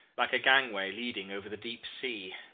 like a gangway leading over the deep sea,